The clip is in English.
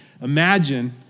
imagine